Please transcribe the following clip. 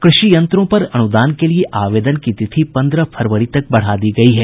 कृषि यंत्रों पर अनुदान के लिए आवेदन की तिथि पन्द्रह फरवरी तक बढ़ा दी गई है